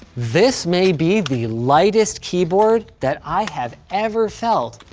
this may be the lightest keyboard that i have ever felt.